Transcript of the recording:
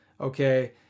okay